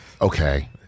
Okay